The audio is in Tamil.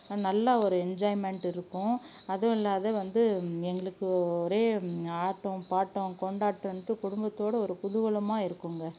நல்ல ஒரு என்ஜாய்மெண்ட் இருக்கும் அதுவும் இல்லாத வந்து எங்களுக்கு ஒரே ஆட்டம் பாட்டம் கொண்டாட்டன்ட்டு குடும்பத்தோட ஒரு குதுகலமாக இருக்குதுங்க